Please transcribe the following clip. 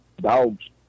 dogs